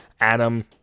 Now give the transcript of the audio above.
Adam